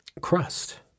crust